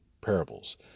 parables